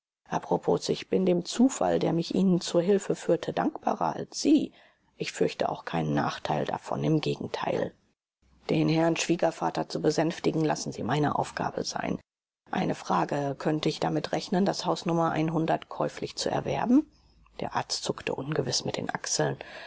apropos ich bin dem zufall der mich ihnen zu hilfe führte dankbarer als sie ich fürchte auch keinen nachteil davon im gegenteil den herrn schwiegervater zu besänftigen lassen sie meine aufgabe sein eine frage könnte ich damit rechnen das haus nummer einhundert käuflich zu erwerben der arzt zuckte ungewiß mit den achseln